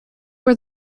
were